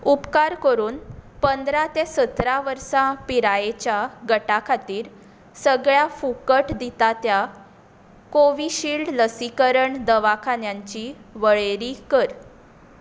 उपकार करून पंदरा ते सतरा वर्सां पिरायेच्या गटा खातीर सगळ्या फुकट दिता त्या कोविशिल्ड लसीकरण दवाखान्यांची वळेरी कर